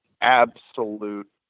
absolute